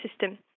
system